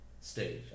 stage